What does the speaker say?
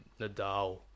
Nadal